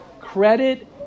credit